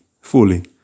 fully